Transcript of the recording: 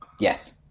Yes